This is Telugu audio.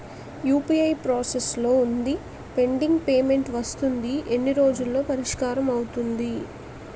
యు.పి.ఐ ప్రాసెస్ లో వుందిపెండింగ్ పే మెంట్ వస్తుంది ఎన్ని రోజుల్లో పరిష్కారం అవుతుంది